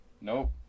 Nope